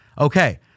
Okay